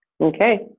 Okay